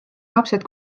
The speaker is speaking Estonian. lapsed